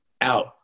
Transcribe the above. out